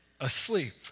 asleep